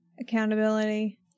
accountability